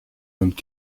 und